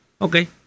Okay